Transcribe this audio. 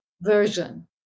version